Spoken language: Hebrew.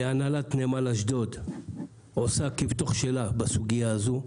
הנהלת נמל אשדוד עושה כבתוך שלה בסוגיה הזו,